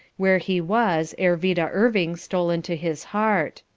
where he was, ere vida irving stole into his heart.